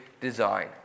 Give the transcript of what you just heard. design